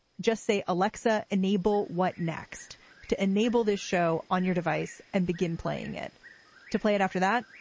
just say, alexa, enable what next to enable this show on your device and begin playing it to play it after that.